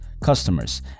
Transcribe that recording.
customers